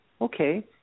Okay